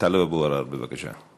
טלב אבו עראר, בבקשה.